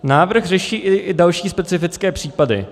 Návrh řeší i další specifické případy.